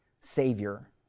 Savior